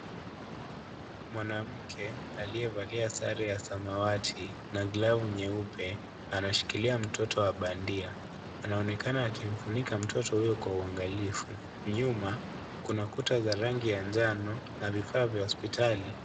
Mwanamke aliyevalia sare ya samawati na glavu nyeupe anashikilia mtoto wa bandia, anaonekana akimfunika mtoto huyo kwa uangalifu, nyuma kuna kuta za rangi ya njano na vifaa vya hospitali.